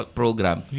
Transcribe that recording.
program